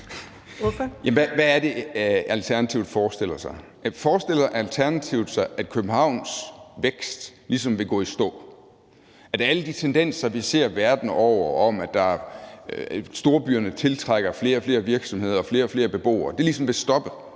hvad er det, Alternativet forestiller sig? Forestiller Alternativet sig, at Københavns vækst ligesom vil gå i stå, at alle de tendenser, vi ser verden over, om, at storbyerne tiltrækker flere og flere virksomheder og flere og flere beboere, ligesom vil stoppe